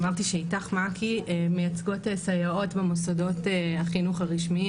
"איתך מעכי" מייצגות סייעות במוסדות החינוך הרשמיים,